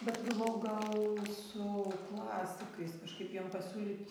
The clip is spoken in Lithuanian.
bet galvojau gal su klasikais kažkaip jiem pasiūlyt